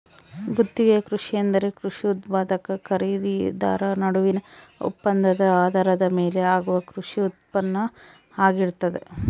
ಗುತ್ತಿಗೆ ಕೃಷಿ ಎಂದರೆ ಕೃಷಿ ಉತ್ಪಾದಕ ಖರೀದಿದಾರ ನಡುವಿನ ಒಪ್ಪಂದದ ಆಧಾರದ ಮೇಲೆ ಆಗುವ ಕೃಷಿ ಉತ್ಪಾನ್ನ ಆಗಿರ್ತದ